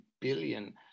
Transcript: billion